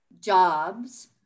jobs